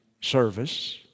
service